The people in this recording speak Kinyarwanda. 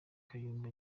kayumba